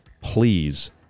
please